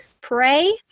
pray